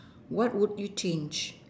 what would you change